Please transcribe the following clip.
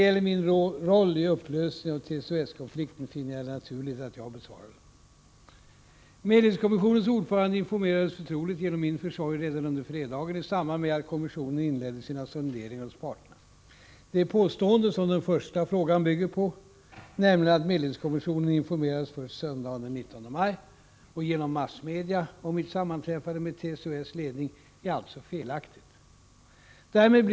Det har senare framkommit att statsministern dagen innan, dvs. onsdagen den 15 maj, haft överläggningar med ledningen för TCO-S i syfte att klarlägga utsikterna för medling mellan parterna. Informationen om denna överläggning gavs inte till medlingskommissionen förrän söndagen den 19 maj, sedan uppgifter om överläggningen läckt ut till pressen. Det kom då att skapa stark irritation i medlingsarbetet.